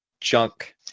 junk